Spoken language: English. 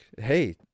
hey